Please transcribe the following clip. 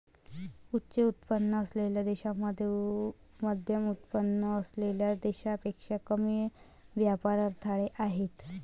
उच्च उत्पन्न असलेल्या देशांमध्ये मध्यमउत्पन्न असलेल्या देशांपेक्षा कमी व्यापार अडथळे आहेत